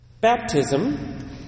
Baptism